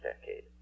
decade